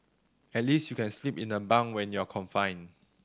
at least you can sleep in the bunk when you're confined